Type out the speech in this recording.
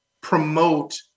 promote